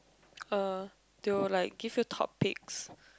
uh they will like give you topics